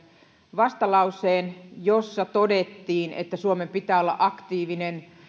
vastalauseen jossa todettiin että suomen pitää olla aktiivinen